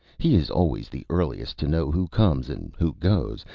he is always the earliest to know who comes and who goes.